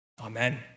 AMEN